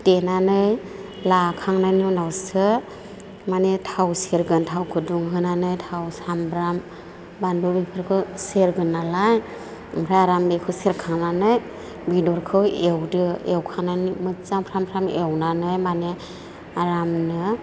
देनानै लाखांनायनि उनावसो माने थाव सेरगोन थावखौ दुंहोनानै थाव सामब्राम बानलु बेफोरखौ सेरगोन नालाय ओमफ्राय आराम बेखौ सेरखांनानै बेदरखौ एवदो एवखांनानै मोजां फ्राम फ्राम एवनानै माने आरामनो